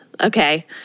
okay